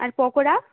আর pakora